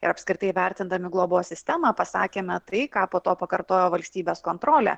ir apskritai vertindami globos sistemą pasakėme tai ką po to pakartojo valstybės kontrolė